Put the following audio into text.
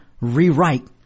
rewrite